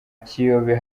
kiyobe